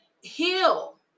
Heal